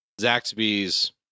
zaxby's